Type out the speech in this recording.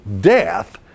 death